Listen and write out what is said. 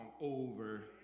over